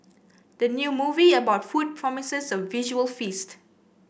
the new movie about food promises a visual feast